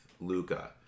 Luca